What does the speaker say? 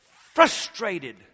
frustrated